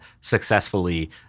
successfully